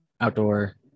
outdoor